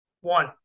One